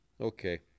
Okay